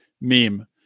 meme